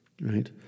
Right